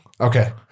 Okay